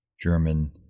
German